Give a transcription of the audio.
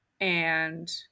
and-